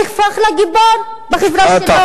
נהפך לגיבור בחברה שלו.